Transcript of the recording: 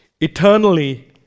Eternally